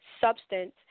substance